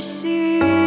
see